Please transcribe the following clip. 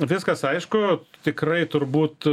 viskas aišku tikrai turbūt